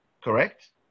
Correct